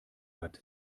bad